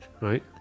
right